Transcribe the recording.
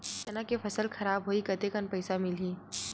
चना के फसल खराब होही कतेकन पईसा मिलही?